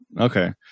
Okay